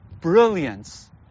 brilliance